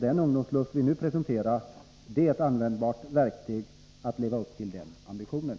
Den ungdomssluss som vi nu presenterar är ett användbart verktyg att leva upp till den ambitionen.